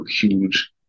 huge